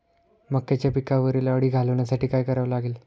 मक्याच्या पिकावरील अळी घालवण्यासाठी काय करावे लागेल?